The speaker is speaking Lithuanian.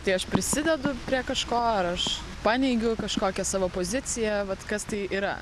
tai aš prisidedu prie kažko ar aš paneigiu kažkokią savo poziciją vat kas tai yra